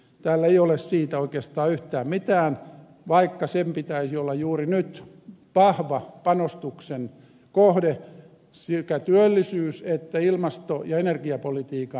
täällä ei ole siitä oikeastaan yhtään mitään vaikka sen pitäisi olla juuri nyt vahva panostuksen kohde sekä työllisyys että ilmasto ja energiapolitiikan suhteen